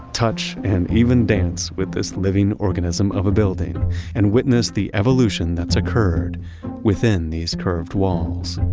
touch and even dance with this living organism of a building and witness the evolution that's occurred within these curved walls.